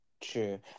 True